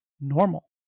normal